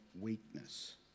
weakness